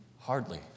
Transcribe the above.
Hardly